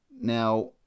Now